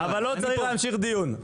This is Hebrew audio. האדון צריך להמשיך בדיון.